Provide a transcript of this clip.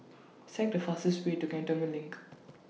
Select The fastest Way to Cantonment LINK